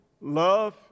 Love